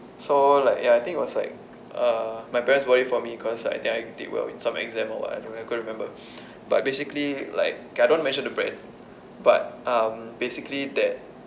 so like ya I think it was like uh my parents bought it for me cause like I think I did well in some exam or what I don't I can't remember but basically like kay I don't want to mention the brand but um basically that